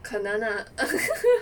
可能 lah